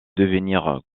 devenir